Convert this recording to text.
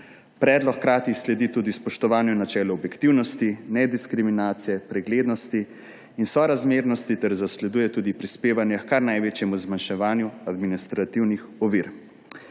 Predlog hkrati sledi tudi spoštovanju načela objektivnosti, nediskriminacije, preglednosti in sorazmernosti ter zasleduje tudi prispevanje h kar največjemu zmanjševanju administrativnih ovir.